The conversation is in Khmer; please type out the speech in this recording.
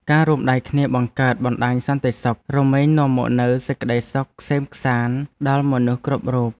ការរួមដៃគ្នាបង្កើតបណ្តាញសន្តិសុខរមែងនាំមកនូវសេចក្តីសុខក្សេមក្សាន្តដល់មនុស្សគ្រប់រូប។